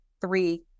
three